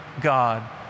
God